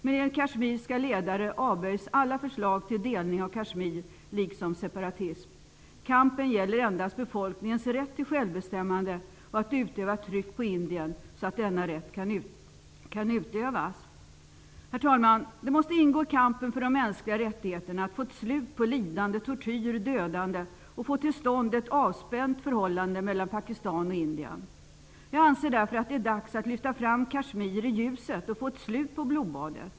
Men enligt kashmiriska ledare avböjs alla förslag till delning av Kashmir, liksom separatism. Kampen gäller endast befolkningens rätt till självbestämmande och möjlighet att utöva tryck på Indien så att denna rätt kan utövas. Herr talman! Det måste ingå i kampen för de mänskliga rättigheterna att få ett slut på lidande, tortyr och dödande och att få till stånd ett avspänt förhållande mellan Pakistan och Indien. Jag anser därför att det är dags att lyfta fram frågan om Kashmir i ljuset och få ett slut på blodbadet.